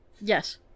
Yes